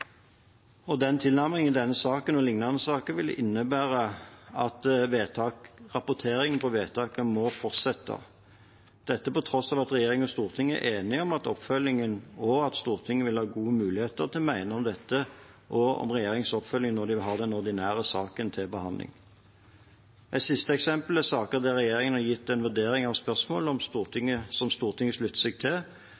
og den tilnærmingen i denne og lignende saker ville innebære at rapportering på vedtaket må fortsette – dette på tross av at regjeringen og Stortinget er enige om oppfølgingen, og at Stortinget vil ha gode muligheter til å mene noe om dette og om regjeringens oppfølging når de har den ordinære saken til behandling. Det siste eksempelet er saker der regjeringen har gitt en vurdering av